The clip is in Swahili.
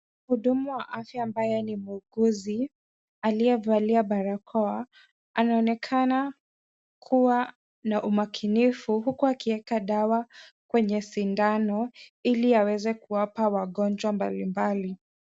Mhudumu wa afya ambaye ni muuguzi, aliyevalia barakoa, anaonekana kua na umakinifu huku akiweka dawa kwenye sindano, ili aweze kuwapa wagonjwa mbalimbali.